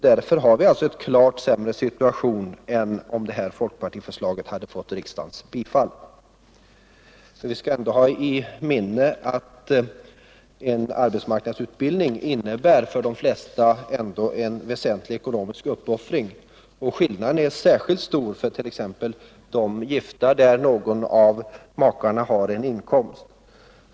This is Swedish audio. Därför har vi en klart sämre situation än om detta folkpartiförslag hade fått riksdagens bifall. Vi skall ändå ha i minnet att en arbetsmarknadsutbildning för de flesta innebär en väsentlig ekonomisk uppoffring. Skillnaden är särskilt stor fört.ex. de gifta där någon av makarna har en inkomst.